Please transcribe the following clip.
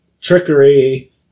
Trickery